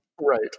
Right